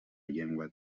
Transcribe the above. llengua